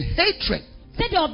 hatred